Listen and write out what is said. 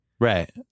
Right